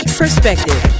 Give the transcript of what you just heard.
perspective